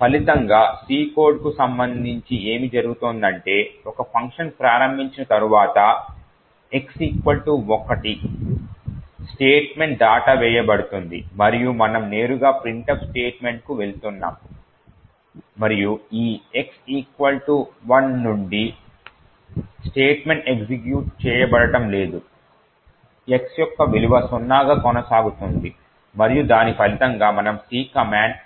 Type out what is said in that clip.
ఫలితంగా C కోడ్కు సంబంధించి ఏమి జరుగుతుందంటే ఒక ఫంక్షన్ ప్రారంభించిన తర్వాత x 1 స్టేట్మెంట్ దాటవేయబడుతుంది మరియు మనము నేరుగా printf స్టేట్మెంట్ కు వెళ్తున్నాము మరియు ఈ x 1 నుండి స్టేట్మెంట్ ఎగ్జిక్యూట్ చేయబడటం లేదు x యొక్క విలువ సున్నాగా కొనసాగుతుంది మరియు దాని ఫలితంగా మనము C కమాండ్